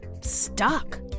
stuck